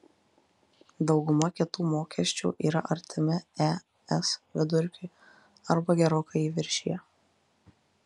dauguma kitų mokesčių yra arba artimi es vidurkiui arba gerokai jį viršija